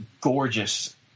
gorgeous